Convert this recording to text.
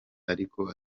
ariko